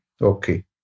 Okay